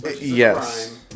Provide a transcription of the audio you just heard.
Yes